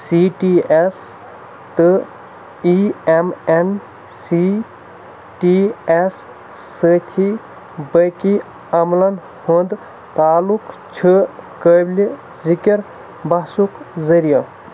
C T S تہٕ E M N C T S سۭتھی بٲقی عَملن ہُنٛد تعلُق چھُ قٲبلہِ ذِکِر بحثُک ذٔریعہِ